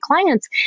clients